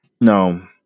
no